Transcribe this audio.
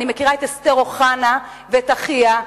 אני מכירה את אסתר אוחנה ואת אחיה,